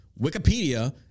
Wikipedia